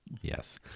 Yes